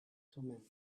thummim